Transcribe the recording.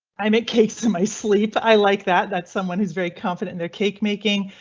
i'm in case in my sleep. i like that that someone is very confident there cake making.